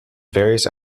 various